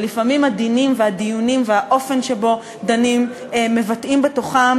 ולפעמים הדינים והדיונים והאופן שבו דנים מבטאים בתוכם